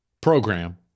program